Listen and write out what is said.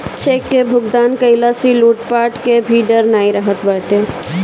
check से भुगतान कईला से लूटपाट कअ भी डर नाइ रहत बाटे